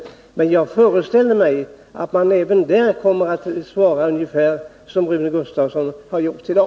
Men jag föreställer mig att även där kommer svaret att bli ungefär detsamma som Rune Gustavsson har gett i dag.